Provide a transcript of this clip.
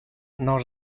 non